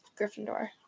Gryffindor